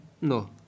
no